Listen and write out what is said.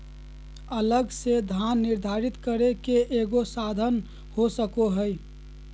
अलग से धन निर्धारित करे के एगो साधन हो सको हइ